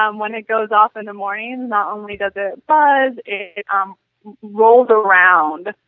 um when it goes off in the morning not only does it buzz it um rolls around